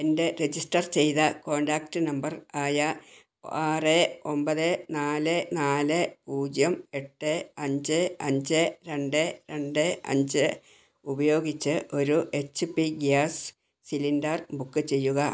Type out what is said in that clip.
എൻ്റെ രജിസ്റ്റർ ചെയ്ത contact number ആയ ആറ് ഒമ്പത് നാല് നാല് പൂജ്യം എട്ട് അഞ്ച് അഞ്ച് രണ്ട് രണ്ട് അഞ്ച് ഉപയോഗിച്ച് ഒരു H P gas cylinder book ചെയ്യുക